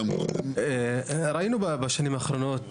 ראינו בשנים האחרונות